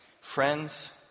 Friends